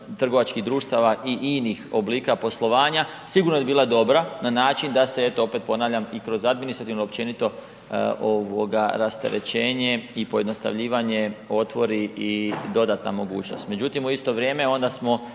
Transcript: trgovačkih društava i inih oblika poslovanja sigurno je bila dobra, na način da se eto opet ponavljam i kroz administrativno, općenito ovoga rasterećenje i pojednostavljivanje otvori i dodatna mogućnost. Međutim u isto vrijeme onda smo